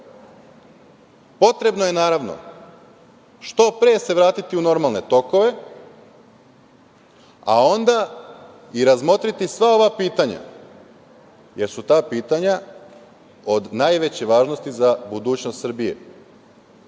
jasno. Potrebno je, naravno, što pre se vratiti u normalne tokove, a onda i razmotriti sva ova pitanja, jer su ta pitanja od najveće važnosti za budućnost Srbije.